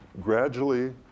gradually